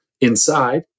inside